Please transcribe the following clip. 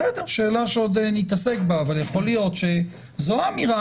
זאת שאלה שעוד נתעסק בה אבל יכול להיות שזאת האמירה